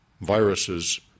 viruses